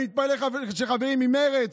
אני מתפלא על חברים ממרצ,